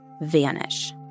vanish